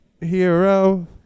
hero